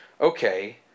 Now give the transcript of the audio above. Okay